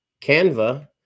Canva